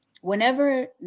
whenever